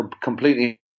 completely